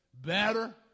better